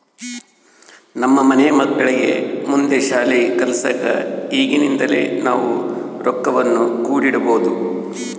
ನಮ್ಮ ಮನೆ ಮಕ್ಕಳಿಗೆ ಮುಂದೆ ಶಾಲಿ ಕಲ್ಸಕ ಈಗಿಂದನೇ ನಾವು ರೊಕ್ವನ್ನು ಕೂಡಿಡಬೋದು